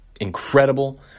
incredible